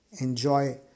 enjoy